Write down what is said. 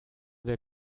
der